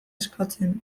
eskatzen